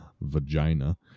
vagina